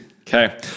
Okay